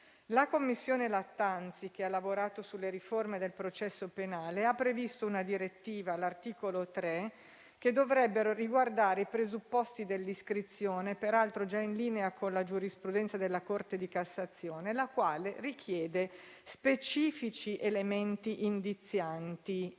La commissione Lattanzi, che ha lavorato sulle riforme del processo penale, ha previsto una direttiva, all'articolo 3, che dovrebbe riguardare i presupposti dell'iscrizione, peraltro già in linea con la giurisprudenza della Corte di cassazione, la quale richiede specifici elementi indizianti